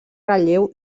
relleu